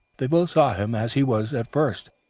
they both saw him as he was at first.